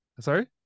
sorry